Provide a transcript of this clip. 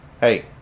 Hey